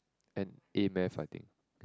and a-math I think